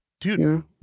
Dude